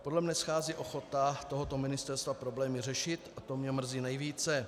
Podle mne schází ochota tohoto ministerstva problémy řešit a to mě mrzí nejvíce.